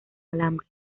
alambre